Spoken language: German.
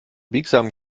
biegsamen